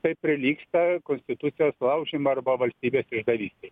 tai prilygsta konstitucijos laužymui arba valstybės išdavystei